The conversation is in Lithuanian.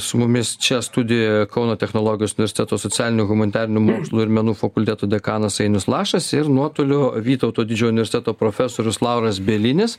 su mumis čia studijoje kauno technologijos universiteto socialinių humanitarinių mokslų ir menų fakulteto dekanas ainius lašas ir nuotoliu vytauto didžiojo universiteto profesorius lauras bielinis